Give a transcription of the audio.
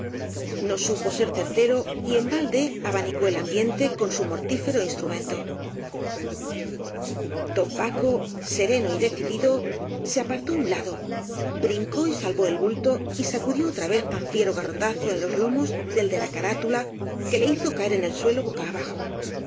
no supo ser certero y en balde abanicó el ambiente con su mortífero instru mento don paco sereno y decidido se apartó á un lado brincó y salvó el bulto y sacudió otra vez tan fiero garrotazo en los lomos del de la carátula que le hizo caer en el suelo boca abajo